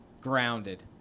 grounded